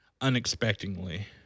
unexpectedly